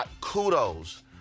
kudos